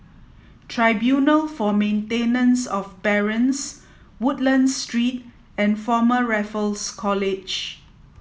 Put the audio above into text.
Tribunal for Maintenance of Parents Woodlands Street and Former Raffles College